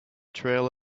trail